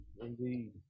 indeed